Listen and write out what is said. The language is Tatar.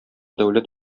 дәүләт